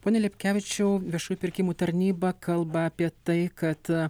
pone lipkevičių viešųjų pirkimų tarnyba kalba apie tai kad